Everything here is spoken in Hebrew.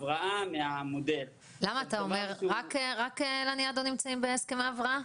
ההבראה מהמודל - דבר שהוא לא סביר בעליל.